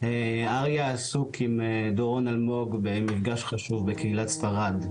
אריה עסוק עם דורון אלמוג במפגש חשוב בקהילת ספרד.